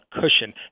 Cushion